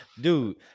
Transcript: dude